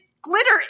glitter